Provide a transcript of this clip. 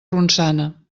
ronçana